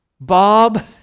Bob